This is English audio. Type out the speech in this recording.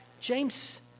James